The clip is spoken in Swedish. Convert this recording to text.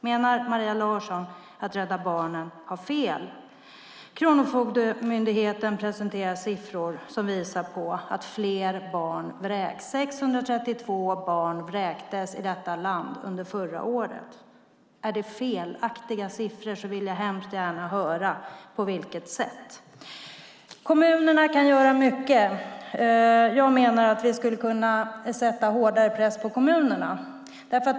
Menar hon alltså att Rädda Barnen har fel? Kronofogdemyndigheten presenterar siffror som visar att fler barn vräks. 632 barn vräktes i detta land under förra året. Är det felaktiga siffror vill jag hemskt gärna höra på vilket sätt de är felaktiga. Kommunerna kan göra mycket. Jag menar att vi skulle kunna sätta hårdare press på kommunerna.